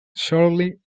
shortly